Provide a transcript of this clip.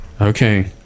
Okay